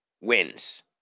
wins